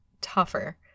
tougher